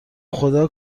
خدا